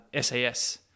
SAS